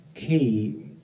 key